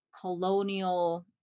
colonial